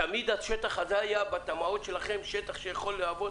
תמיד השטח הזה היה בתמ"אות שלכם שטח שיכול להיות לתעופה?